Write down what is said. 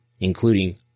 including